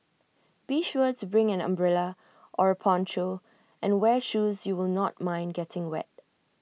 be sure to bring an umbrella or A poncho and wear shoes you will not mind getting wet